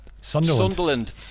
Sunderland